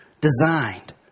designed